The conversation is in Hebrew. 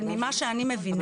אבל ממה שאני מבינה,